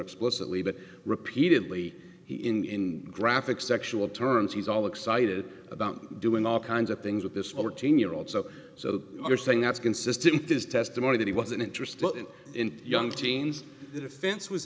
explicitly but repeatedly he in graphic sexual terms he's all excited about doing all kinds of things with this fourteen year old so so you're saying that's consistent with his testimony that he wasn't interested in young teens the defense was